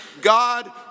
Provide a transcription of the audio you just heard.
God